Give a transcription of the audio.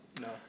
no